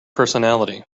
personality